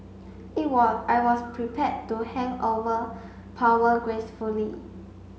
it was I was prepared to hand over power gracefully